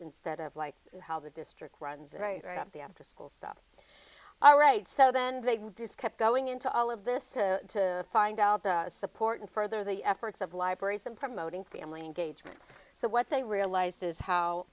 instead of like how the district runs right up the after school stuff all right so then they just kept going into all of this to find support and further the efforts of libraries and promoting family engagement so what they realized is how